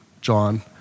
John